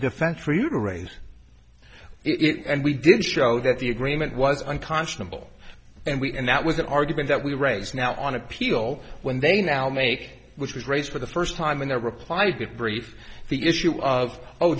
defense for you to raise it and we did show that the agreement was unconscionable and we and that was an argument that we raise now on appeal when they now make which was raised for the first time in their reply get brief the issue of oh